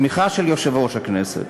בתמיכה של יושב-ראש הכנסת,